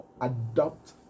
adopt